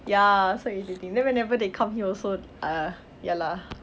ya so irritating then whenever they come here also err ya lah